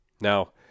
Now